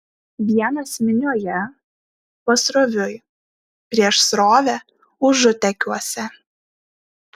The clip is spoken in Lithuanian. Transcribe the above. vienas minioje pasroviui prieš srovę užutėkiuose